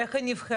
איך היא נבחרה?